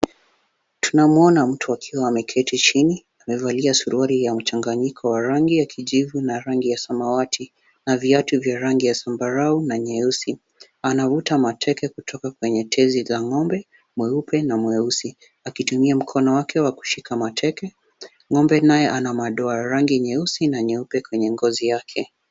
Tunamuona mtu akiwa ameketi chini, amevalia suruali ya mchanganyiko wa rangi ya kijivu na rangi ya samawati na viatu vya rangi ya zambarau na nyeusi, anavuta mateke kutoka kwenye tezi za ng'ombe mweupe na mweusi, akitumia mkono wake wa kushika mateke, ng'ombe naye ana mandoa ya rangi nyeusi na nyeupe kwenye ngozi yake.